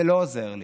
זה לא עוזר לי.